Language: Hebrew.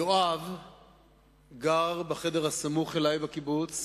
יואב גר בחדר הסמוך אלי בקיבוץ